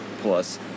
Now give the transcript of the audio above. plus